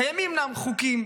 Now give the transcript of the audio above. קיימים אומנם חוקים